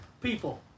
people